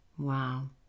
Wow